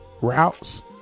routes